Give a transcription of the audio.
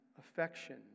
affection